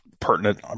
pertinent